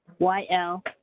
Y-L